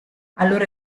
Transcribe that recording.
allora